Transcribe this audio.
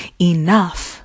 enough